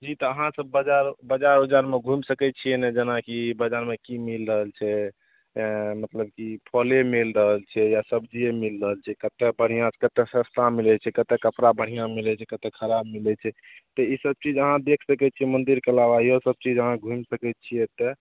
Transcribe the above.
जी तऽ अहाँ सब बजार बजार उजारमे घुमि सकै छिए ने जेनाकि बजारमे कि मिलि रहल छै मतलब कि फले मिलि रहल छै या सबजिए मिलि रहल छै कतए बढ़िआँसे कतए सस्ता मिलै छै कतए कपड़ा बढ़िआँ मिलै छै कतए खराब मिलै छै तऽ ईसब चीज अहाँ देखि सकै छिए मन्दिरके अलावा इहोसब चीज अहाँ घुमि सकै छिए एतए